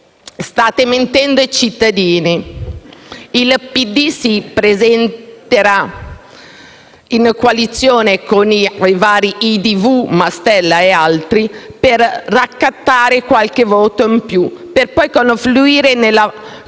State mentendo ai cittadini. Il PD si presenterà in coalizione con i vari Idv, Mastella e altri per raccattare qualche voto in più, per poi confluire nella